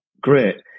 great